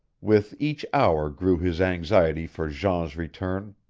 with each hour grew his anxiety for jean's return.